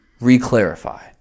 re-clarify